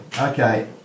Okay